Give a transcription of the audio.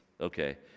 Okay